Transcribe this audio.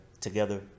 together